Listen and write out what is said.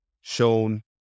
shown